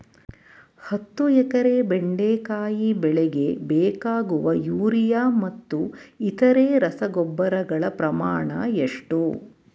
ಹತ್ತು ಎಕರೆ ಬೆಂಡೆಕಾಯಿ ಬೆಳೆಗೆ ಬೇಕಾಗುವ ಯೂರಿಯಾ ಮತ್ತು ಇತರೆ ರಸಗೊಬ್ಬರಗಳ ಪ್ರಮಾಣ ಎಷ್ಟು?